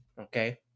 Okay